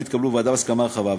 והם התקבלו בוועדה בהסכמה רחבה.